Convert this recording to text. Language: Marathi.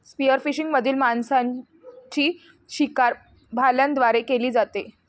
स्पीयरफिशिंग मधील माशांची शिकार भाल्यांद्वारे केली जाते